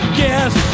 guess